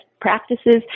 practices